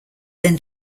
then